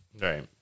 Right